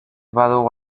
badugu